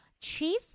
chief